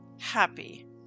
happy